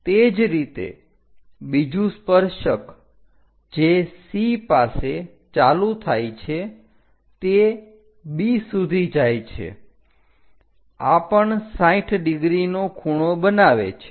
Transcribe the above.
તે જ રીતે બીજું સ્પર્શક જે C પાસે ચાલુ થાય છે તે B સુધી જાય છે આ પણ 60 ડિગ્રીનો ખૂણો બનાવે છે